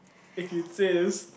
if you insist